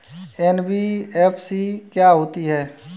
NBFC क्या होता है?